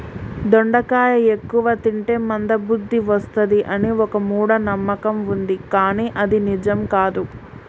దొండకాయ ఎక్కువ తింటే మంద బుద్ది వస్తది అని ఒక మూఢ నమ్మకం వుంది కానీ అది నిజం కాదు